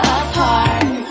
apart